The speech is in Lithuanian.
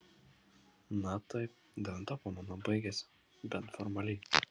na taip devintą pamaina baigiasi bent formaliai